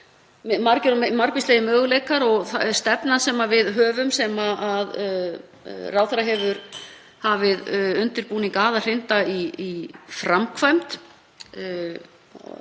margvíslegir möguleikar og stefnan sem við höfum, sem ráðherra hefur hafið undirbúning á að hrinda í framkvæmd,